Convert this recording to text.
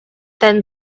then